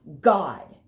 God